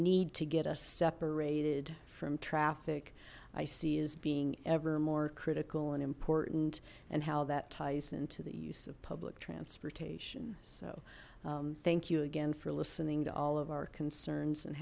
need to get us separated from traffic i see as being ever more critical and important and how that ties into the use of public transportation so thank you again for listening to all of our concerns and